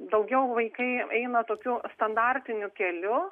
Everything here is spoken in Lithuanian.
daugiau vaikai eina tokiu standartiniu keliu